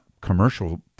commercial